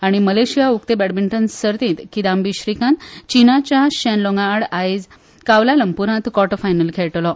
आनी मलेशिया उक्ते बॅडमिंटन सर्तींत किदांबी श्रीकांत चिनाच्या शँन लोंगा आड आयज कावलालंपुरात कॉटर फायनल खेळटलो